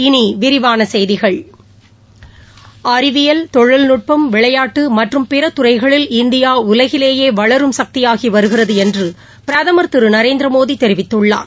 இனி விரிவான செய்திகள் அறிவியல் தொழில்நுட்பம் விளையாட்டு மற்றும் பிறத் துறைகளில் இந்தியா உலகிலேயே வளரும் சக்தியாகி வருகிறது என்று பிரதமர் திரு நரேந்திரமோடி தெரிவித்துள்ளார்